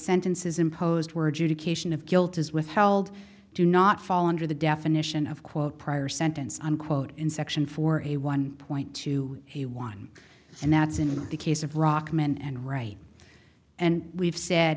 sentences imposed were due to cation of guilt is withheld do not fall under the definition of quote prior sentence unquote in section four a one point two he won and that's in the case of brockman and right and we've said